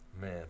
Man